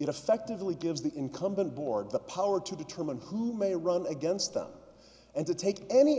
effectively gives the incumbent board the power to determine who may run against them and to take any